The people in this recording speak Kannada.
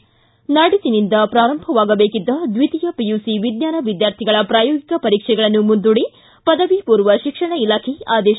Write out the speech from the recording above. ಿ ನಾಡಿದ್ದಿನಿಂದ ಪ್ರಾರಂಭವಾಗಬೇಕಿದ್ದ ದ್ವಿತೀಯ ಪಿಯುಸಿ ವಿಜ್ಞಾನ ವಿದ್ಯಾರ್ಥಿಗಳ ಪ್ರಾಯೋಗಿಕ ಪರೀಕ್ಷೆಗಳನ್ನು ಮುಂದೂಡಿ ಪದವಿಮೂರ್ವ ಶಿಕ್ಷಣ ಇಲಾಖೆ ಆದೇಶ